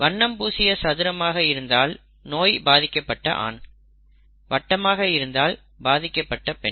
வண்ணம் பூசிய சதுரமாக இருந்தால் நோய் பாதிக்கப்பட்ட ஆண் வட்டமாக இருந்தால் பாதிக்கப்பட்ட பெண்